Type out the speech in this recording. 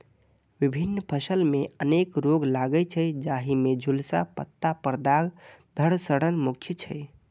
विभिन्न फसल मे अनेक रोग लागै छै, जाहि मे झुलसा, पत्ता पर दाग, धड़ सड़न मुख्य छै